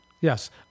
yes